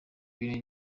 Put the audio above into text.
ikintu